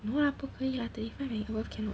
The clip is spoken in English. no lah 不可以 lah thirty five and above cannot